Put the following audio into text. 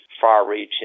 far-reaching